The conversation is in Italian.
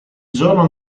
giorno